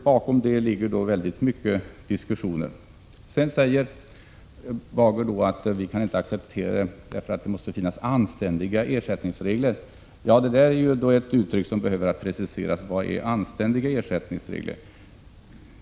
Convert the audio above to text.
Bakom detta låg många diskussioner. Sedan säger Erling Bager att man inte kan acceptera PBL, eftersom det måste finnas anständiga ersättningsregler. Det är ett uttryck som behöver preciseras: Vad är anständiga ersättningsregler?